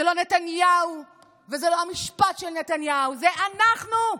זה לא נתניהו וזה לא המשפט של נתניהו, זה אנחנו,